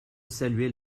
saluer